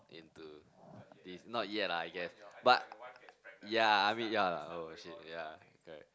into this not yet ah I guess but yeah I mean yeah lah oh shit yeah correct